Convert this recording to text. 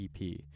EP